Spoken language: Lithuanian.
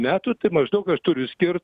metų tai maždaug aš turiu skirt